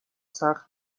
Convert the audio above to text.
سخت